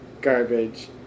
garbage